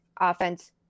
offense